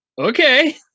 okay